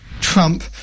Trump